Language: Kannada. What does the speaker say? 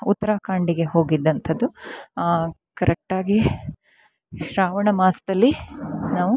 ಉತ್ತರಾಖಂಡಿಗೆ ಹೋಗಿದಂಥದ್ದು ಕರೆಕ್ಟಾಗಿ ಶ್ರಾವಣ ಮಾಸದಲ್ಲಿ ನಾವು